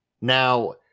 Now